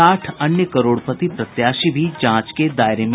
साठ अन्य करोड़पति प्रत्याशी भी जांच के दायरे में